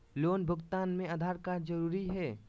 Loan भुगतान में Aadhaar card जरूरी है?